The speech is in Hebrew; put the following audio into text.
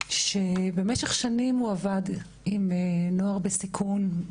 שבמשך שנים הוא עבד עם נוער בסיכון,